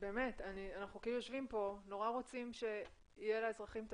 אנחנו יושבים כאן ומאוד רוצים שיהיה לאזרחים את